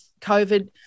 COVID